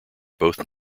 both